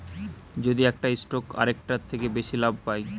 যদি একটা স্টক আরেকটার থেকে বেশি লাভ পায়